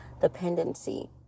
dependency